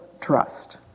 trust